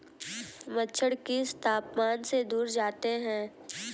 मच्छर किस तापमान से दूर जाते हैं?